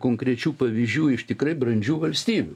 konkrečių pavyzdžių iš tikrai brandžių valstybių